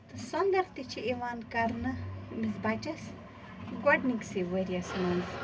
تہٕ سۄنٛدٕر تہِ چھِ یِوان کرنہٕ أمِس بَچَس گۄڈنِکسٕے ؤرِیَس منٛز